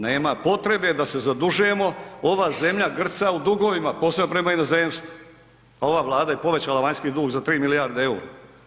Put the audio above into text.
Nema potrebe da se zadužujemo, ova zemlja grca u dugovima posebno prema inozemstvu, ova Vlada je povećala vanjski dug za 3 milijarde eura.